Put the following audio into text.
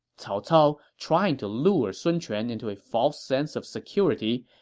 cao cao, trying to lure sun quan into a false sense of security,